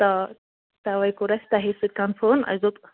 تہٕ تَوے کوٚر اَسہِ تۄہے سۭتۍ کَنفٲم اَسہِ دوٚپ